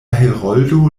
heroldo